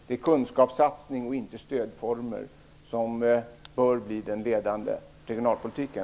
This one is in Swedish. Det är kunskapssatsning, inte stödformer, som bör bli det ledande i regionalpolitiken.